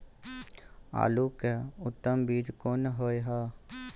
आलू के उत्तम बीज कोन होय है?